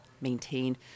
maintain